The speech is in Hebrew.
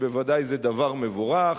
שבוודאי זה דבר מבורך,